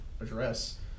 address